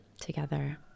together